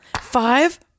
Five